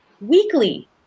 weekly